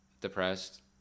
depressed